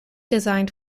designed